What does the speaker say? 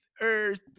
earth